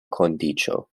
kondiĉo